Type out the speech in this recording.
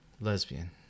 lesbian